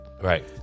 Right